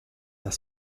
are